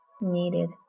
needed